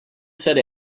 said